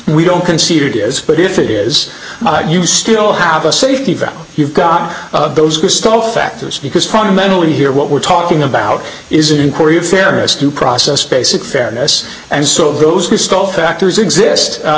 we don't concede it is but if it is you still have a safety valve you've got those who stole factors because fundamentally here what we're talking about is an inquiry of fairness due process basic fairness and so those who stole factors exist